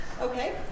Okay